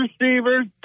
receivers